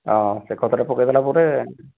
ଆଉ ସେ ଖତଟା ପକେଇଦେଲା ପରେ